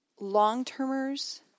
long-termers